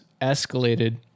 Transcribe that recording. escalated